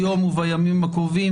היום ובימים הקרובים,